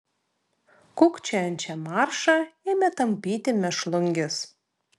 kūkčiojančią maršą ėmė tampyti mėšlungis